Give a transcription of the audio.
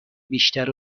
بیشتر